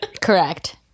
Correct